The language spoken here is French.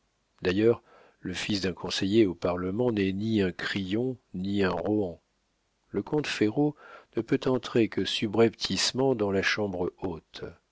d'ailleurs le fils d'un conseiller au parlement n'est ni un crillon ni un rohan le comte ferraud ne peut entrer que subrepticement dans la chambre haute